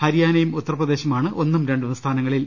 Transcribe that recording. ഹരിയാ നയും ഉത്തർപ്രദേശുമാണ് ഒന്നും രണ്ടും സ്ഥാനങ്ങളിൽ